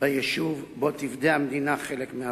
ביישוב שבו תפדה המדינה חלק מהבתים.